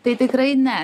tai tikrai ne